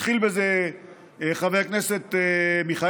התחיל בזה חבר הכנסת מיכאלי,